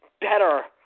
better